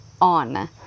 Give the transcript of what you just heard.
on